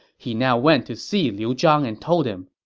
he now went to see liu zhang and told him,